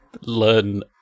learn